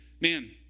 man